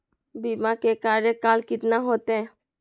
बीमा के कार्यकाल कितना होते?